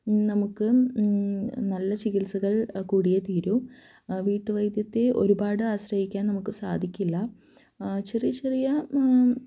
നമുക്ക് നല്ല ചികിത്സകള് കൂടിയേ തീരു വീട്ടുവൈദ്യത്തെ ഒരുപാട് ആശ്രയിക്കാന് നമുക്ക് സാധിക്കില്ല ചെറിയ ചെറിയ